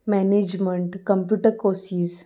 management computer courses